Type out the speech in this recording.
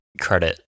credit